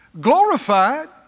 glorified